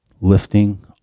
lifting